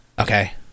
Okay